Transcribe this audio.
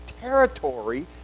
territory